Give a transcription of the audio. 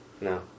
No